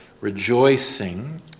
rejoicing